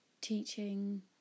teaching